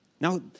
Now